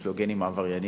יש לו גנים עברייניים.